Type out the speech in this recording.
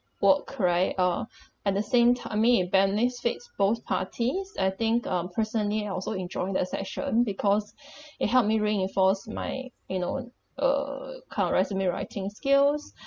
work right uh at the same time I mean it benefits both parties I think um personally I also enjoying the session because it helped me reinforce my you know uh kind of resume writing skills